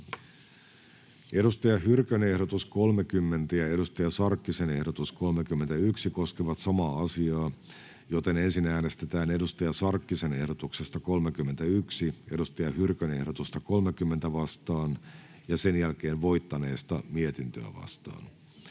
Saara Hyrkön ehdotus 36 ja Hanna Sarkkisen ehdotus 37 koskevat samaa asiaa, joten ensin äänestetään Hanna Sarkkisen ehdotuksesta 37 Saara Hyrkön ehdotusta 36 vastaan ja sen jälkeen voittaneesta mietintöä vastaan.